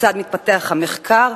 כיצד מתפתח המחקר,